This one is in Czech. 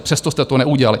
Přesto jste to neudělali.